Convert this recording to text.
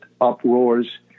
uproars